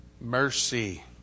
Mercy